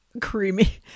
creamy